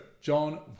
John